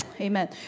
Amen